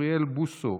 חבר הכנסת אוריאל בוסו,